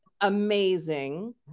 amazing